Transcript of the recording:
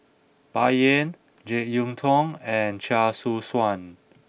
Bai Yan Jek Yeun Thong and Chia Choo Suan